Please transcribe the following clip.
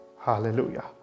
hallelujah